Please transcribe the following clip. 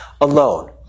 alone